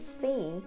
see